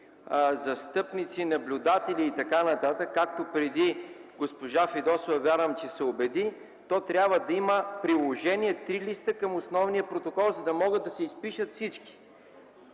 застъпници, наблюдатели и т.н., както преди госпожа Фидосова, вярвам, че се убеди, то трябва да има приложение три листа към основния протокол, за да могат да се изпишат всички.